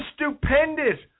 stupendous